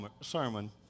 sermon